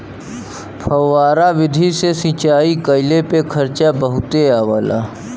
फौआरा विधि से सिंचाई कइले पे खर्चा बहुते आवला